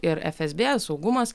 ir fsb saugumas